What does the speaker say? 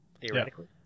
Theoretically